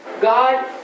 God